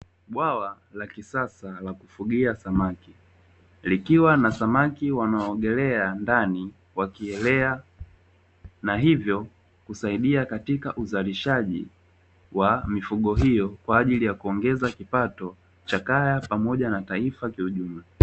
Bwawa la kisasa la kufugia samaki likiwa na samaki wanaoogelea ndani wakielea na hivyo kusaidia katika uzalishaji wa mifugo hiyo kwajili ya kuongeza kipato cha kaya na taifa kiujumla.